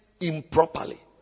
improperly